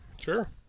Sure